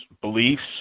beliefs